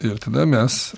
ir tada mes